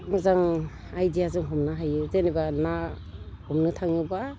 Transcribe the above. मोजां आइडियाजों हमनो हायो जेनेबा ना हमनो थाङोबा